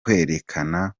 kwerekana